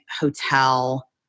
hotel